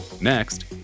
Next